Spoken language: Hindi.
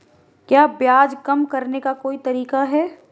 क्या ब्याज कम करने का कोई तरीका है?